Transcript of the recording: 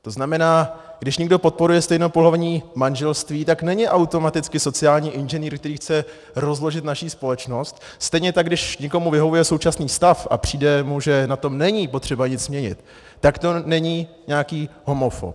To znamená, když někdo podporuje stejnopohlavní manželství, tak není automaticky sociální inženýr, který chce rozložit naši společnost, stejně tak když někomu vyhovuje současný stav a přijde mu, že na tom není potřeba nic měnit, tak to není nějaký homofob.